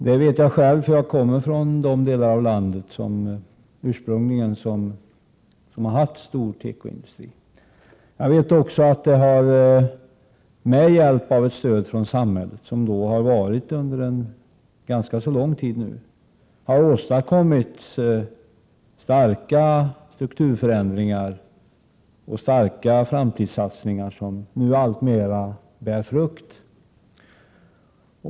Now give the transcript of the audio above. Jag kommer själv från en del av landet som ursprungligen hade en omfattande tekoindustri. Tack vare det stöd från samhället som har utgått under ganska lång tid har åstadkommits starka strukturförändringar och starka framtidssatsningar, som alltmer börjar ge frukt.